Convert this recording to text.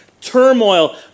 turmoil